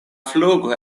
flugo